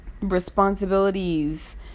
responsibilities